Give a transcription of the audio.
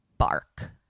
bark